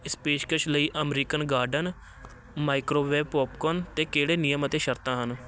ਇਸ ਪੇਸ਼ਕਸ਼ ਲਈ ਅਮਰੀਕਨ ਗਾਰਡਨ ਮਾਈਕ੍ਰੋਵੇਵ ਪੌਪਕੋਨ ਅਤੇ ਕਿਹੜੇ ਨਿਯਮ ਅਤੇ ਸ਼ਰਤਾਂ ਹਨ